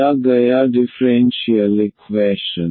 दिया गया differential equation